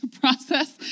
process